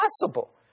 possible